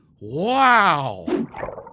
Wow